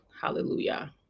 hallelujah